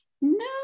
no